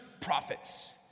prophets